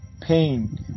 pain